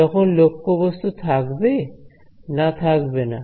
যখন লক্ষ্যবস্তু থাকবে না থাকবেনা